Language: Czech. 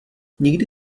nikdy